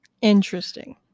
Interesting